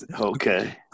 Okay